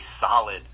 solid